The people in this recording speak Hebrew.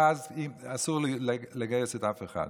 ואז אסור לגייס את אף אחד.